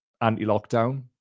anti-lockdown